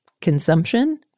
consumption